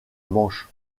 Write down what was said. manche